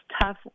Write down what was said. tough